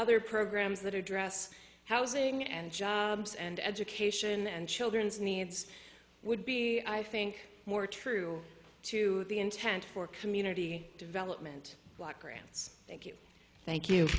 other programs that address housing and jobs and education and children's needs would be i think more true to the intent for community development block grants thank you thank you